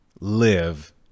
live